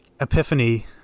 epiphany